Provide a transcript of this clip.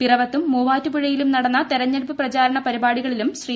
പിറവത്തും മൂവാറ്റുപുഴയിലും നടന്ന് തെരഞ്ഞെടുപ്പ് പ്രചാരണ പരിപാടികളിലും ശ്രീ